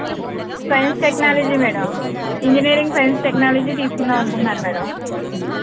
science technology madam engineering science technology తీస్కుందాము అనుకుంటున్నాను madam